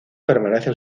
permanecen